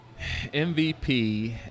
MVP